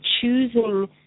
choosing